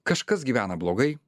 kažkas gyvena blogai